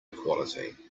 quality